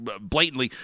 blatantly